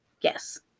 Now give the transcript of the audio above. Yes